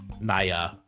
Naya